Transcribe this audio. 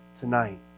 tonight